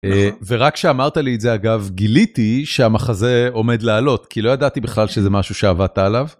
ורק שאמרת לי את זה אגב גיליתי שהמחזה עומד לעלות כי לא ידעתי בכלל שזה משהו שעבדת עליו.